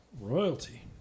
royalty